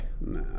Nah